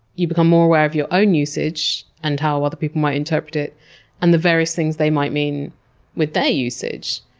you become more aware of your own usage and how other people might interpret it and the various things they might mean with their usage.